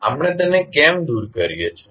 આપણે તેને કેમ દૂર કરીએ છીએ